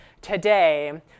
today